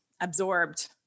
absorbed